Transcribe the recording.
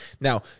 Now